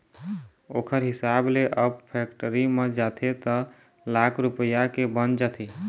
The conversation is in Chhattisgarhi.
ओखर हिसाब ले अब फेक्टरी म जाथे त लाख रूपया के बन जाथे